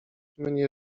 mnie